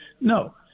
No